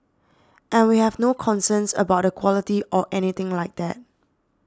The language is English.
and we have no concerns about the quality or anything like that